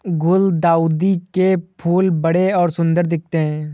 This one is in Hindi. गुलदाउदी के फूल बड़े और सुंदर दिखते है